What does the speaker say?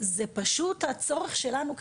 זה פשוט הצורך שלנו כממשלה.